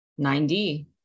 90